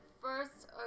First